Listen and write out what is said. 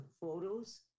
photos